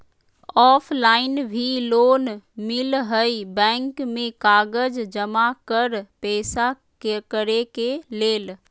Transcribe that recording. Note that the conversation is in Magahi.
ऑफलाइन भी लोन मिलहई बैंक में कागज जमाकर पेशा करेके लेल?